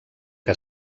que